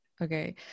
Okay